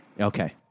Okay